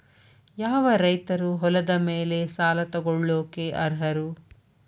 ಯಾವ ರೈತರು ಹೊಲದ ಮೇಲೆ ಸಾಲ ತಗೊಳ್ಳೋಕೆ ಅರ್ಹರು?